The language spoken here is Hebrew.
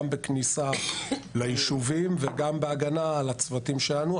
גם בכניסה ליישובים וגם בהגנה על הצוותים שלנו.